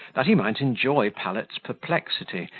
that he might enjoy pallet's perplexity,